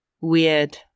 Weird